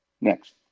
Next